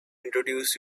introduce